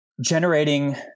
generating